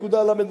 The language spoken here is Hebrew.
למ"ד,